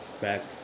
back